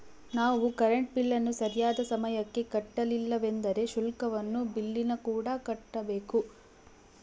ನಾವು ಕರೆಂಟ್ ಬಿಲ್ಲನ್ನು ಸರಿಯಾದ ಸಮಯಕ್ಕೆ ಕಟ್ಟಲಿಲ್ಲವೆಂದರೆ ಶುಲ್ಕವನ್ನು ಬಿಲ್ಲಿನಕೂಡ ಕಟ್ಟಬೇಕು